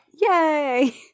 Yay